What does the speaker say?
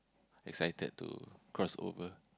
excited to crossover